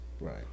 Right